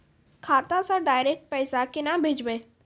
खाता से डायरेक्ट पैसा केना भेजबै?